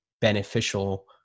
beneficial